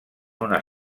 una